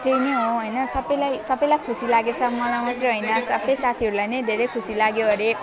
त्यही नै हो हैन सबैलाई सबैलाई खुसी लागेकोछ मलाई मात्र होइन सबै साथीहरूलाई नै धेरै खुसी लाग्यो अरे